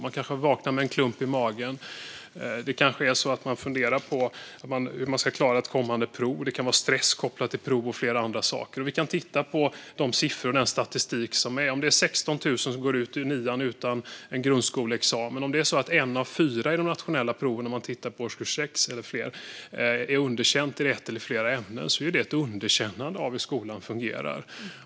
De kanske vaknar med en klump i magen, funderar på hur de ska klara ett kommande prov och känner stress. Enligt statistiken är det 16 000 som går ut nian utan grundskoleexamen och en av fyra i årskurs 6 som får underkänt på de nationella proven i ett eller flera ämnen. Det är ett underkännande av hur skolan fungerar.